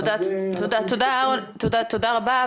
תודה רבה.